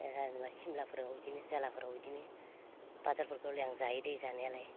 ओ जेनोबा सिमलाफोराव इदिनो जालाफोराव इदिनो बाजारफोरखौहले आं जायो दे जानायालाय